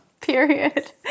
Period